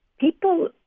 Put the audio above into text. people